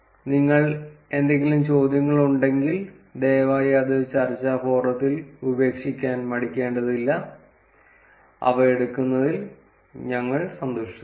നിങ്ങൾക്ക് എന്തെങ്കിലും ചോദ്യങ്ങളുണ്ടെങ്കിൽ ദയവായി അത് ചർച്ചാ ഫോറത്തിൽ ഉപേക്ഷിക്കാൻ മടിക്കേണ്ടതില്ല അവ എടുക്കുന്നതിൽ ഞങ്ങൾ സന്തുഷ്ടരാണ്